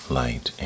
light